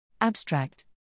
Abstract